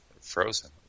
Frozen